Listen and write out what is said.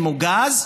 משקה מוגז,